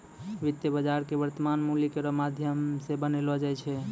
वित्तीय बाजार क वर्तमान मूल्य केरो माध्यम सें बनैलो जाय छै